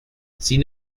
sin